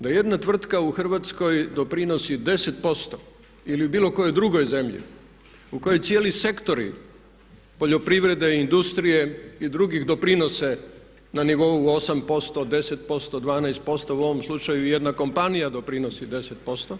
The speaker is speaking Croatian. Da jedna tvrtka u Hrvatskoj doprinosi 10% ili u bilo kojoj drugoj zemlji u kojoj cijeli sektori poljoprivrede i industrije i drugih doprinose na nivou 8%, 10%, 12%, u ovom slučaju i jedna kompanija doprinosi 10%